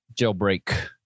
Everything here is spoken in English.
Jailbreak